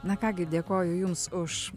na ką gi dėkoju jums už